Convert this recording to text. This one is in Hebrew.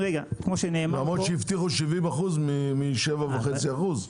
למרות שהבטיחו 70% מ-7.5%.